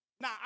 Now